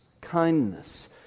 kindness